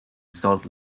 salt